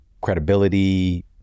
credibility